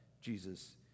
Jesus